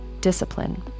discipline